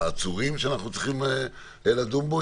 העצורים שאנחנו צריכים לדון בו.